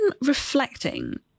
reflecting